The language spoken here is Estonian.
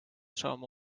saama